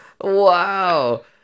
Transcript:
wow